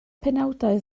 penawdau